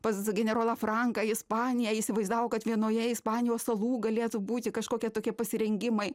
pas generolą franką į ispaniją įsivaizdavo kad vienoje ispanijos salų galėtų būti kažkokie tokie pasirengimai